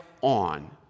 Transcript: on